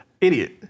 Idiot